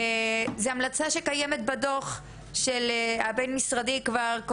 זו המלצה שקיימת בדו"ח הבין משרדי כבר,